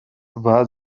war